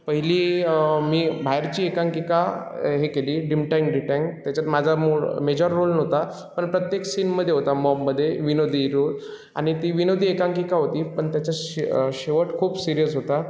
पहिली मी बाहेरची एकांकिका हे केली डिमटँग डीटँग त्याच्यात माझा मो मेजर रोल नव्हता पण प्रत्येक सीनमध्ये होता मॉबमध्ये विनोदी रोल आणि ती विनोदी एकांकिका होती पण त्याच्यात शे शेवट खूप सिरीयस होता